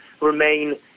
remain